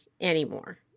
anymore